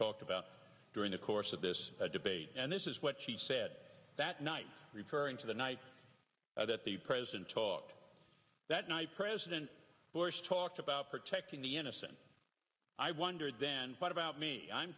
talked about during the course of this debate and this is what she said that night referring to the night that the president talked that night president bush talked about protecting the innocent i wondered then what about me i'm